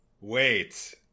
wait